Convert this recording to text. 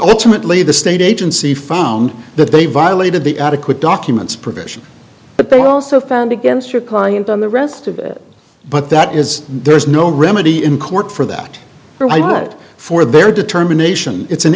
ultimate lay the state agency found that they violated the adequate documents provision but they also found against your client on the rest of it but that is there's no remedy in court for that provided for their determination it's an